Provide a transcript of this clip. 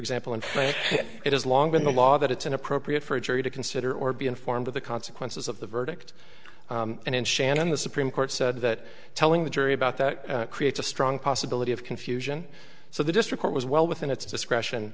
example and it has long been the law that it's inappropriate for a jury to consider or be informed of the consequences of the verdict and in shannon the supreme court said that telling the jury about that creates a strong possibility of confusion so the district was well within its discretion